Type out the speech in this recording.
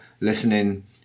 listening